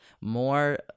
more